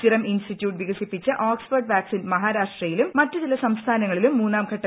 serum Institute വികസിപ്പിച്ച Oxford vaccine മഹാരാഷ്ട്രയിലും മറ്റു ചില സംസ്ഥാനങ്ങളിലും മൂന്നാം ഘട്ടത്തിലാണ്